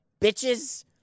bitches